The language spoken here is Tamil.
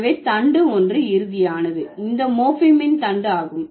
எனவே தண்டு ஒன்று இறுதியானது இந்த மோர்பீமின் தண்டு ஆகும்